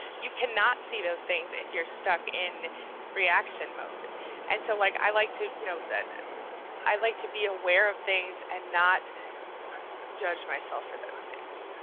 you cannot see those things if you're stuck in reaction mode and so like i like to you know, i like to be aware of things and not judge myself for those things,